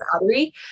battery